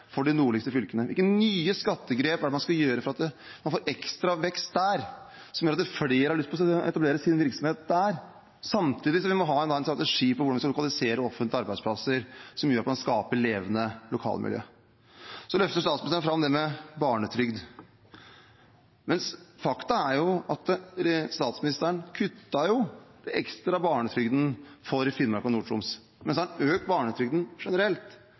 for de nordligste fylkene? Hvilke nye skattegrep er det man skal ta for å få ekstra vekst der, som gjør at flere har lyst til å etablere sin virksomhet der? Samtidig må vi ha en strategi for hvordan vi skal lokalisere offentlige arbeidsplasser som gjør at man skaper levende lokalmiljø. Statsministeren løfter fram barnetrygd. Faktum er jo at statsministeren kuttet den ekstra barnetrygden for Finnmark og Nord-Troms, mens man har økt barnetrygden generelt.